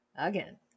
Again